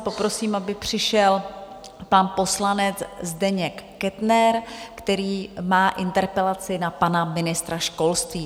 Poprosím, aby přišel pan poslanec Zdeněk Kettner, který má interpelaci na pana ministra školství.